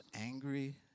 angry